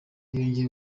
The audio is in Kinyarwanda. yongeye